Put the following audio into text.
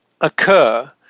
occur